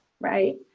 right